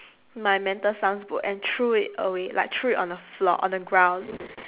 my mental sums book and threw it away like threw it on the floor on the ground